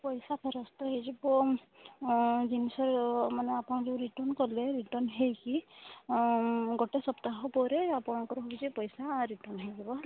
ପଇସା ଫେରସ୍ତ ହୋଇଯିବ ଜିନିଷ ମାନେ ଆପଣ ଯେଉଁ ରିଟର୍ଣ୍ଣ୍ କଲେ ରିଟର୍ଣ୍ଣ୍ ହୋଇକି ଗୋଟେ ସପ୍ତାହ ପରେ ଆପଣଙ୍କର ହେଉଛି ପଇସା ରିଟର୍ଣ୍ଣ୍ ହୋଇଯିବ ହେଲା